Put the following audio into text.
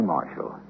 Marshall